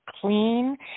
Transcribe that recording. clean